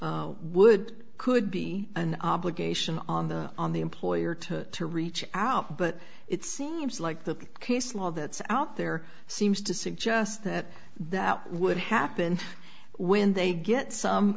a would could be an obligation on the on the employer to reach out but it seems like the case law that's out there seems to suggest that that would happen when they get some